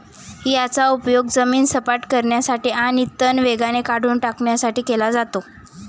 याचा उपयोग जमीन सपाट करण्यासाठी आणि तण वेगाने काढून टाकण्यासाठी केला जातो